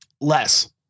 Less